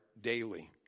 daily